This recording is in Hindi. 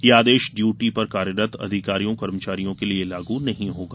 ये आदेश ड्यूटी पर कार्यरत अधिकारियों कर्मचारियों के लिए लागू नहीं होगा